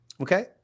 Okay